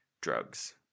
drugs